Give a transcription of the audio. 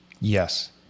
Yes